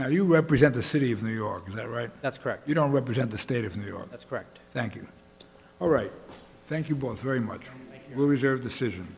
now you represent the city of new york is that right that's correct you don't represent the state of new york that's correct thank you all right thank you both very much we'll reserve decision